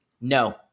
No